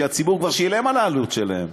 שהציבור כבר שילם את העלות שלהם.